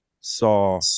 saw